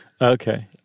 okay